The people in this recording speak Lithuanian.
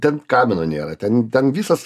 ten kamino nėra ten ten visas